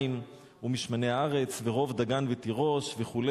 ומשמני הארץ ורֹב דגן ותירֹש" וכו',